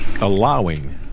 allowing